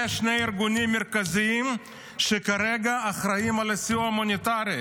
אלה שני ארגונים מרכזיים שכרגע אחראים על הסיוע ההומניטרי.